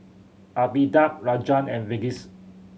Amitabh Rajan and Verghese